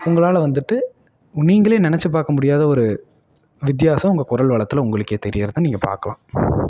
உங்களால் வந்துட்டு நீங்களே நினைச்சி பார்க்க முடியாத ஒரு வித்தியாசம் உங்கள் குரல் வளத்தில் உங்களுக்கே தெரியறதை நீங்கள் பார்க்கலாம்